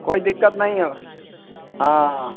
कोई दिक्कत नहीं है हाँ